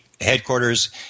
headquarters